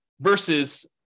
versus